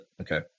Okay